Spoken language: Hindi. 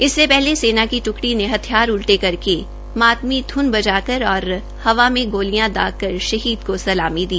इससे पहले सेना की ट्कड़ी ने हथियार उल्टे करके मातमी ध्न बजाकर और हवा में गोलिया दागकर शहीद को सलामी दी